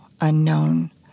unknown